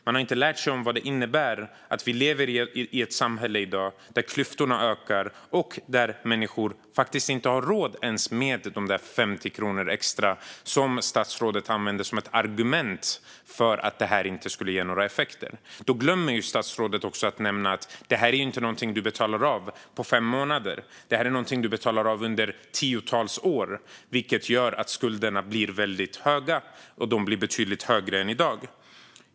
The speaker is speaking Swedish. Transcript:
Man har inte lärt sig vad det innebär att vi i dag lever i ett samhälle där klyftorna ökar och där människor faktiskt inte har råd ens med de 50 kronor extra som statsrådet använder som ett argument för att det här inte skulle ge några effekter. Då glömmer statsrådet också att nämna att det här inte är någonting som du betalar av på fem månader. Det här är någonting som du betalar av under tiotals år, vilket gör att skulderna blir väldigt höga och betydligt högre än i dag.